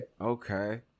Okay